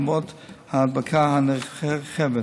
למרות ההדבקה הנרחבת.